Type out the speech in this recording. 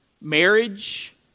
marriage